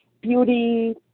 beauty